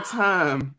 time